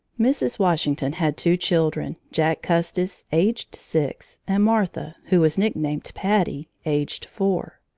mrs. washington had two children, jack custis, aged six, and martha, who was nicknamed patty, aged four.